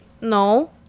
no